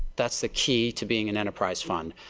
that's the key to being and enterprise fund.